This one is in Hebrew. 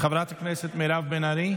חברת הכנסת מירב בן ארי.